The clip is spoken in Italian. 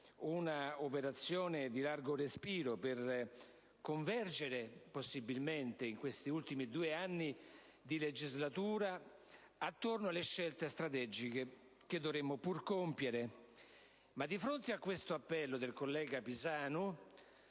un'operazione di largo respiro per cercare di convergere negli ultimi due anni di legislatura attorno alle scelte strategiche che dovremo pur compiere. Di fronte all'appello del collega Pisanu,